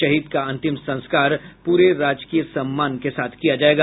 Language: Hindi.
शहीद का अंतिम संस्कार पूरे राजकीय सम्मान के साथ किया जायेगा